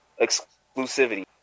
exclusivity